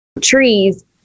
trees